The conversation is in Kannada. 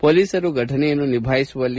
ಪೊಲೀಸರು ಘಟನೆಯನ್ನು ನಿಭಾಯಿಸುವಲ್ಲಿ